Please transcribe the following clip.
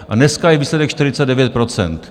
A dneska je výsledek 49 %.